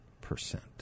percent